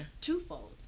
Twofold